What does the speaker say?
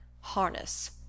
Harness